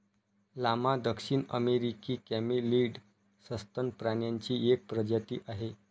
llama दक्षिण अमेरिकी camelid सस्तन प्राण्यांची एक प्रजाती आहे